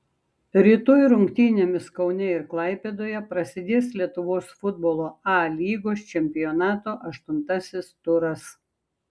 rytoj rungtynėmis kaune ir klaipėdoje prasidės lietuvos futbolo a lygos čempionato aštuntasis turas